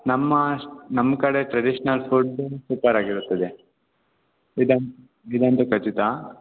ನಮ್ಮ ನಮ್ಮ ಕಡೆ ಟ್ರಡಿಷನಲ್ ಫುಡ್ ಸೂಪರಾಗಿರುತ್ತದೆ ಇದನ್ ಇದಂತೂ ಖಚಿತ